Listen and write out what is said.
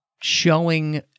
showing